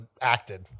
acted